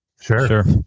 Sure